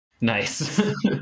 Nice